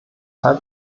halb